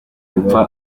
dupfa